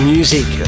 Music